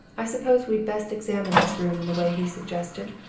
i suppose we'd best examine this room in the way he suggested?